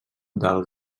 del